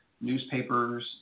newspapers